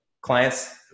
clients